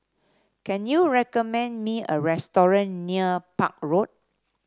can you recommend me a restaurant near Park Road